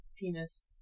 penis